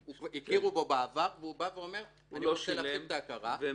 הכירו בו בעבר והוא אומר שהוא רוצה להפסיק את ההכרה --- מה